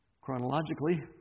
chronologically